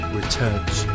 returns